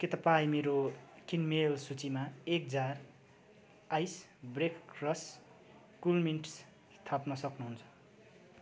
के तपाईँ मेरो किनमेल सूचीमा एक जार आइस ब्रेकरस् कुलमिन्ट्स थप्न सक्नुहुन्छ